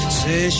say